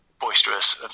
boisterous